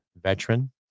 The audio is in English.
veteran